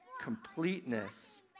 completeness